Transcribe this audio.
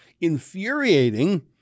infuriating